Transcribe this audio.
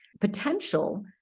potential